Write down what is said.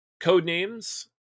Codenames